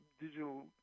digital